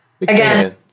again